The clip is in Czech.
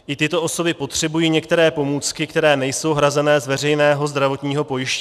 I tyto osoby potřebují některé pomůcky, které nejsou hrazené z veřejného zdravotního pojištění.